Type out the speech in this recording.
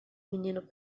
menino